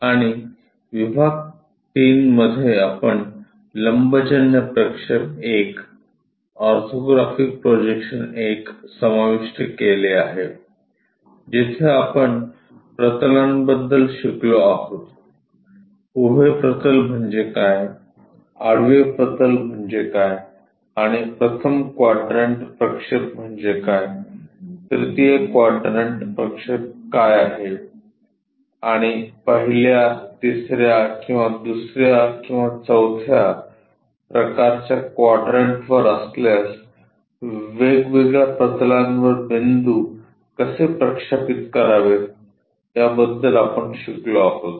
आणि विभाग 3 मध्ये आपण लंबजन्य प्रक्षेप I ऑर्थोग्राफिक प्रोजेक्शन I समाविष्ट केले आहे जिथे आपण प्रतलांबद्दल शिकलो आहोत उभे प्रतल म्हणजे काय आडवे प्रतल म्हणजे काय आणि प्रथम क्वाड्रंट प्रक्षेप म्हणजे काय तृतीय क्वाड्रंट प्रक्षेप काय आहे आणि पहिल्या तिसर्या किंवा दुसर्या किंवा चौथ्या प्रकारच्या क्वाड्रंटवर असल्यास वेगवेगळ्या प्रतलांवर बिंदू कसे प्रक्षेपित करावेत याबद्दल आपण शिकलो आहोत